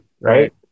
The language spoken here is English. right